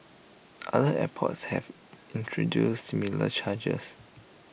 other airports have introduced similar charges